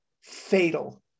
fatal